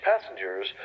passengers